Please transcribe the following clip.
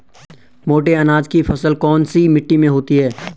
मोटे अनाज की फसल कौन सी मिट्टी में होती है?